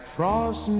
Frost